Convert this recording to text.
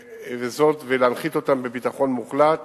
להנחית אותם בביטחון מוחלט,